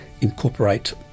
incorporate